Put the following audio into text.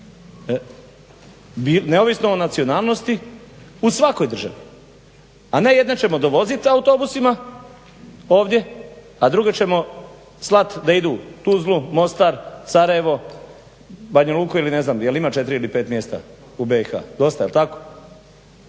neovisno o nacionalnosti u svakoj državi, a ne jedne ćemo dovozit autobusima ovdje, a druge ćemo slat da idu u Tuzlu, Mostar, Sarajevo, Banja Luku ili ne znam. Je li ima 4 ili 5 mjesta u BiH? Dosta. Jel' tako?